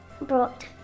brought